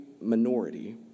minority